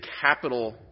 capital